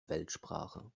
weltsprache